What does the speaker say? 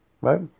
Right